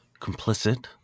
complicit